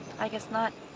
i guess not.